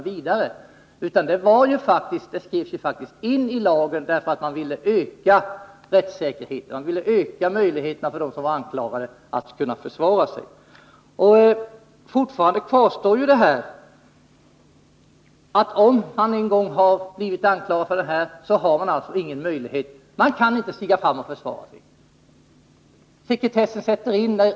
Ordet förhandling skrevs in i lagen för att man ville öka rättssäkerheten, man ville öka möjligheten för de anklagade att försvara sig. Men fortfarande är det så, att den som en gång har blivit anklagad för att tillhöra en terroristorganisation inte har någon möjlighet att försvara sig.